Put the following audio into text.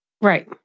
Right